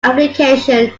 application